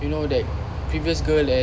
you know that previous girl and